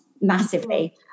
massively